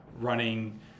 running